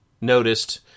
noticed